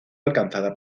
alcanzada